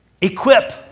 Equip